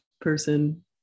person